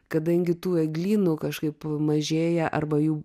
kadangi tų eglynų kažkaip mažėja arba jų